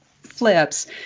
flips